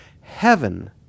Heaven